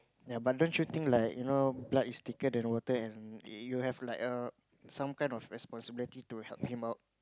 yea but don't you think like you know blood is thicker than water and you have like a some kind of responsibility to help him out